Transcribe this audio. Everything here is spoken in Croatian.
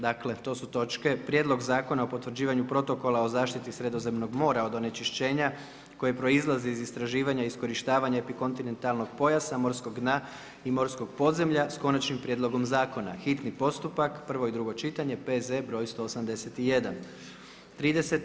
Dakle, to su točke: Prijedlog zakona o potvrđivanju Protokola o zaštiti Sredozemnog mora od onečišćenja koje proizlazi iz istraživanja, iskorištavanja epikontinentalnog pojasa, morskog dna i morskog podzemlja s konačnim prijedloga zakona, hitni postupak, prvo i drugo čitanje, P.Z. br. 181. 30.